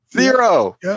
Zero